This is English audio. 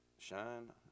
Shine